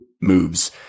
moves